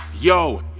Yo